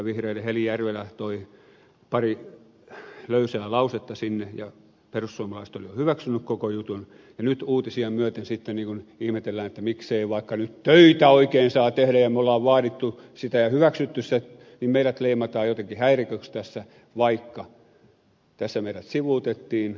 heli järvinen toi pari löysää lausetta sinne ja perussuomalaiset olivat jo hyväksyneet koko jutun ja nyt uutisia myöten sitten ihmetellään että miksei vaikka nyt töitä oikein saa tehdä ja me olemme vaatineet sitä ja hyväksyneet sen ja meidät leimataan jotenkin häiriköksi tässä vaikka tässä meidät sivuutettiin